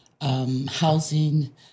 Housing